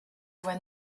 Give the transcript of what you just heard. voie